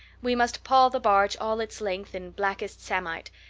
we must pall the barge all its length in blackest samite.